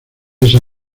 esa